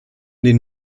den